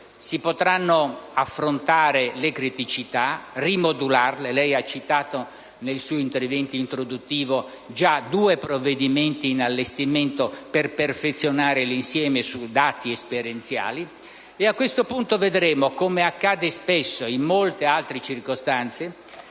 si potranno affrontare le criticità e rimodularle. In proposito, lei ha infatti citato nel suo intervento introduttivo già due provvedimenti in allestimento per perfezionare l'insieme su dati esperienziali. A quel punto vedremo, come accade spesso in molte altre circostanze,